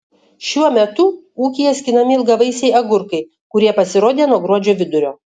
šiuo metu ūkyje skinami ilgavaisiai agurkai kurie pasirodė nuo gruodžio vidurio